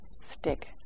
stick